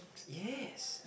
yes